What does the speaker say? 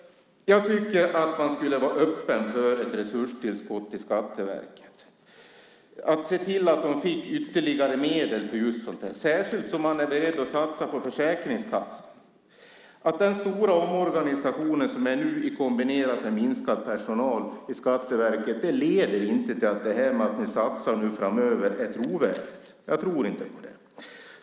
Jag tycker att man skulle vara öppen för ett resurstillskott till Skatteverket, se till att de fick ytterligare medel för just sådant här, särskilt som man är beredd att satsa på Försäkringskassan. Den stora omorganisation som pågår nu kombinerad med minskad personal i Skatteverket leder inte till att det är trovärdigt när ni säger att ni satsar framöver. Jag tror inte på det.